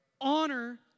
Honor